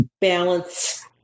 balance